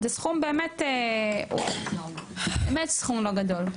זה סכום באמת סכום לא גדול,